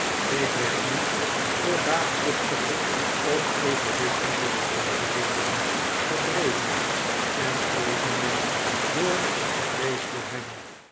ik werd niet door baatzuchtige of egoistische beweegredenen gedreven en evenmin door vrees voor hem